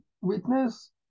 witness